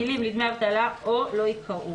המילים " לדמי אבטלה או" לא ייקראו."